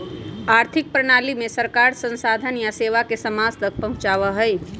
आर्थिक प्रणाली में सरकार संसाधन या सेवा के समाज तक पहुंचावा हई